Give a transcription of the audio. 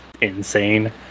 insane